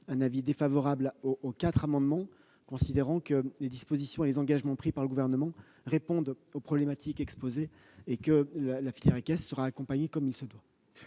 un avis défavorable sur les trois amendements. Les dispositions et les engagements pris par le Gouvernement répondent aux problématiques exposées. La filière équestre sera accompagnée comme il se doit.